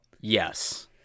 yes